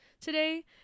today